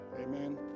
Amen